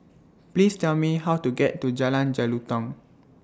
Please Tell Me How to get to Jalan Jelutong